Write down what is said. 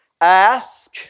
Ask